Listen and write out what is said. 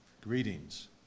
greetings